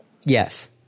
yes